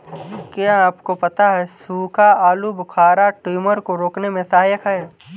क्या आपको पता है सूखा आलूबुखारा ट्यूमर को रोकने में सहायक है?